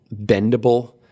bendable